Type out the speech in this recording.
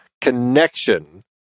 connection